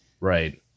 right